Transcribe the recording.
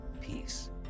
peace